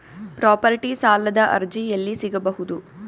Property ಸಾಲದ ಅರ್ಜಿ ಎಲ್ಲಿ ಸಿಗಬಹುದು?